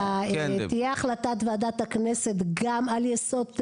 תהיה החלטת ועדת הכנסת גם על יסוד,